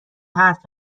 حرف